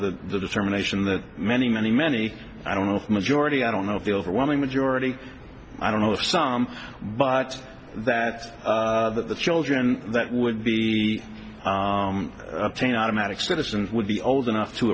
the determination the many many many i don't know if the majority i don't know if the overwhelming majority i don't know of some but that the children that would be obtain automatic citizens would be old enough to